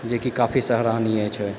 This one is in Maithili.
जेकि काफी सराहनीय छै